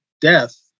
death